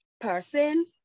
person